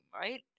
right